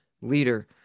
leader